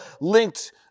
linked